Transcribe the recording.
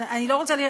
אני לא רוצה,